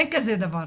אין כזה דבר,